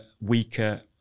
weaker